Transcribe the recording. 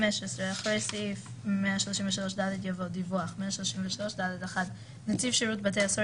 15. אחרי סעיף 133ד יבוא: "דיווח 133ד1. נציב שירות בתי הסוהר